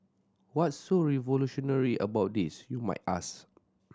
what's so revolutionary about this you might ask